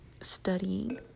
studying